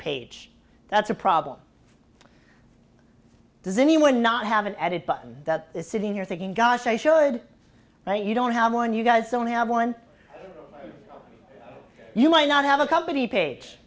page that's a problem does anyone not have an edit button that is sitting here thinking gosh i should but you don't have one you guys don't have one you might not have a company page